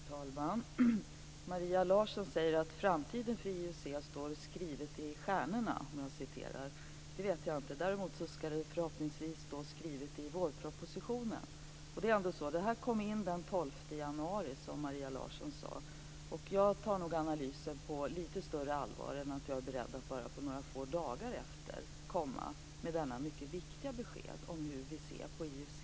Herr talman! Maria Larsson säger beträffande framtiden för IUC att det är något som står skrivet i stjärnorna; det vet jag inte precis. Däremot skall det förhoppningsvis stå skrivet i vårpropositionen. Utvärderingen kom, som Maria Larsson sade, in den 12 januari. Jag tar nog analysen på lite större allvar än att jag bara några få dagar senare är beredd att komma med det mycket viktiga beskedet om hur vi ser på IUC.